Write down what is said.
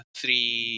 three